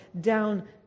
down